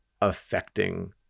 affecting